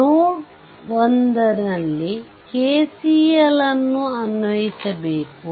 ನೋಡ್ 1 ನಲ್ಲಿ KCL ನ್ನು ಅನ್ವಯಿಸಬೇಕು